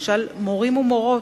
למשל מורים ומורות.